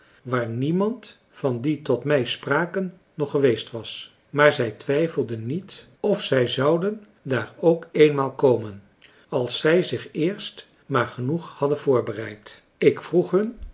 waar niemand van die tot mij spraken nog geweest was maar zij twijfelden niet of zij zouden daar ook eenmaal komen als zij zich eerst maar genoeg hadden voorbereid